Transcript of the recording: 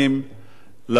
לוועדות השונות.